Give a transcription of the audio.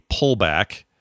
pullback